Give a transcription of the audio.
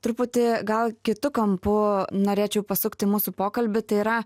truputį gal kitu kampu norėčiau pasukti mūsų pokalbį tai yra